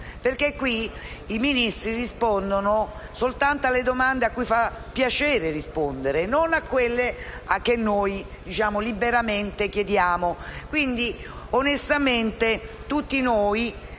perché qui i Ministri rispondono soltanto alle domande a cui fa piacere rispondere e non a quelle che noi liberamente poniamo.